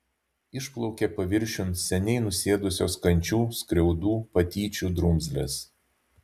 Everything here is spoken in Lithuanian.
išplaukė paviršiun seniai nusėdusios kančių skriaudų patyčių drumzlės